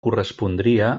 correspondria